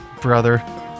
Brother